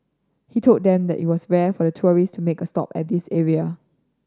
he told them that it was rare for tourist to make a stop at this area